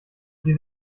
die